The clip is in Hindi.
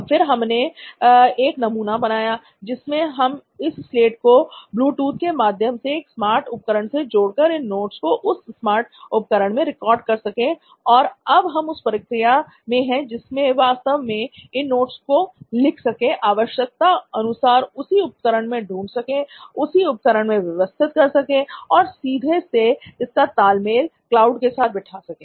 फिर हमने एक नमूना बनाया जिसमें हम इस स्लेट को ब्लूटूथ के माध्यम से एक स्मार्ट उपकरण से जोड़कर इन नोट्स को उस स्मार्ट उपकरण में रिकॉर्ड कर सकें और अब हम उस प्रक्रिया में हैं जिसमें वास्तव में इन नोट्स को लिख सकें आवश्यकतानुसार उसी उपकरण में ढूंढ सकें उसी उपकरण में व्यवस्थित कर सकें और सीधे से इसका तालमेल क्लाउड के साथ बैठा सकें